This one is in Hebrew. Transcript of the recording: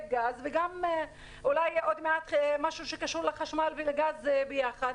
גז וגם אולי יהיה עוד מעט משהו שקשור לחשמל ולגז ביחד?